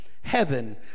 heaven